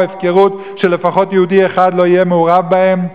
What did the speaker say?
הפקרות שלפחות יהודי אחד לא יהיה מעורב בהם?